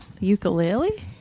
ukulele